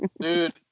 dude